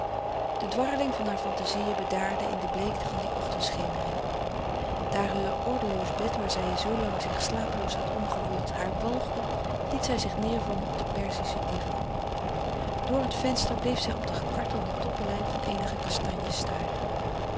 de dwarreling harer fantazieën bedaarde in die bleekte van de ochtendschemering daar heur ordeloos bed waar zij zoolang zich slapeloos had omgewoeld haar walgde liet zij zich neêrvallen op den perzischen divan door het venster bleef zij op de gekartelde toppenlijn van eenige kastanjes staren